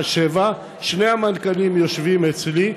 19:00 שני המנכ"לים יושבים אצלי בנדון.